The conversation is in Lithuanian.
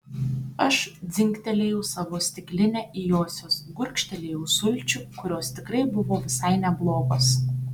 aš dzingtelėjau savo stikline į josios gurkštelėjau sulčių kurios tikrai buvo visai neblogos